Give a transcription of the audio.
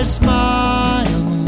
smile